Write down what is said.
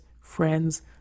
friends